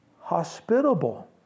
hospitable